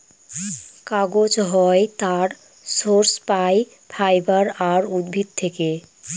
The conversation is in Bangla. কাগজ হয় তার সোর্স পাই ফাইবার আর উদ্ভিদ থেকে